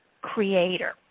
creator